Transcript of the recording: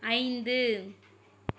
ஐந்து